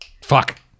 fuck